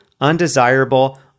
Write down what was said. undesirable